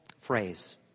phrase